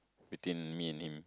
between me and him